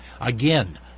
Again